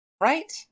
Right